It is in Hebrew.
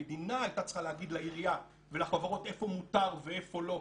המדינה הייתה צריכה להגיד לעירייה ולחברות איפה מותר ואיפה לא,